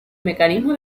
mecanismo